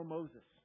Moses